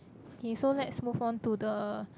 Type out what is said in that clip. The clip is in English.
okay so let's move on to the